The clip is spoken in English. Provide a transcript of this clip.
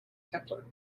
kepler